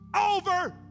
over